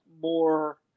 more